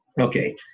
Okay